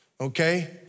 okay